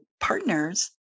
partners